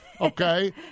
okay